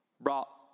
brought